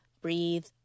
Breathe